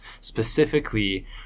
specifically